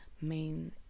main